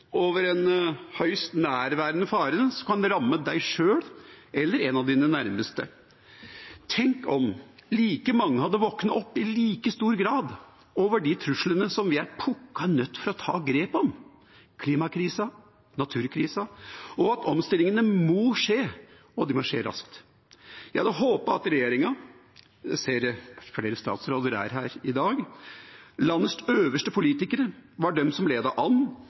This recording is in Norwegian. en høyst nærværende fare som kan ramme deg sjøl eller en av dine nærmeste. Tenk om like mange hadde våknet opp i like stor grad av de truslene som vi er pukka nødt til å ta grep om – klimakrisa, naturkrisa! Omstillingene må skje, og de må skje raskt. Jeg hadde håpet at regjeringa – jeg ser flere statsråder er her i dag, landets øverste politikere – var de som ledet an,